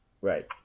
Right